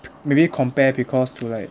maybe compare because to like